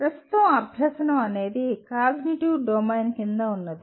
ప్రస్తుతం అభ్యసనం అనేది కాగ్నిటివ్ డొమైన్ కింద ఉంది